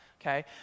okay